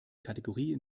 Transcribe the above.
kategorie